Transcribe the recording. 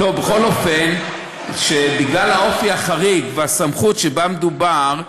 בכל אופן, בגלל האופי החריג והסמכות שבה מדובר,